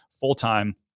full-time